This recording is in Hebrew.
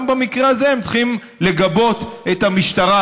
גם במקרה הזה הם צריכים לגבות את המשטרה,